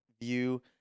view